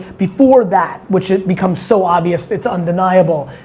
before that, which had become so obvious, it's undeniable,